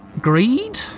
Greed